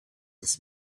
this